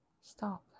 stop